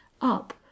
up